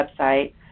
website